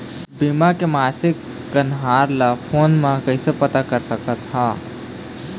बीमा के मासिक कन्हार ला फ़ोन मे कइसे पता सकत ह?